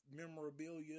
memorabilia